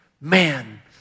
man